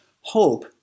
hope